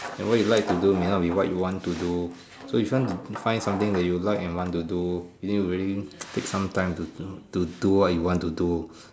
and what you like to do may not be what you want to do so you can't find something that you like and want to do you need to really take some time to to to do what you want to do